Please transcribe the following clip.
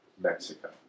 Mexico